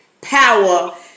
power